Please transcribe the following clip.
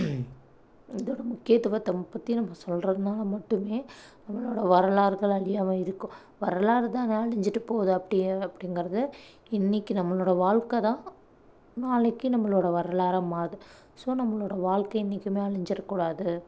இதோடய முக்கியத்துவத்தை பற்றி நம்ம சொல்கிறதுனால மட்டுமே நம்மளோடய வரலாறுகள் அழியாமல் இருக்கும் வரலாறு தான் அழிஞ்சிட்டு போகுது அப்படியே அப்படிங்கிறது இன்றைக்கி நம்மளோடய வாழ்க்கை தான் நாளைக்கு நம்மளோடய வரலாறாக மாறுது ஸோ நம்மளோடய வாழ்க்கை என்றைக்கிமே அழிஞ்சிறக்கூடாது